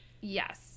Yes